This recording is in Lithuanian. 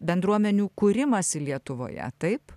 bendruomenių kūrimąsi lietuvoje taip